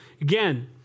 Again